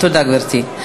תודה, גברתי.